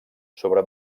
sobre